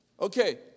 Okay